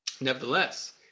Nevertheless